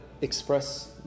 express